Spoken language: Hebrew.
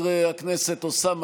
מרמה והפרת אמונים,